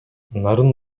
нарын